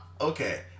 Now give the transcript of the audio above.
okay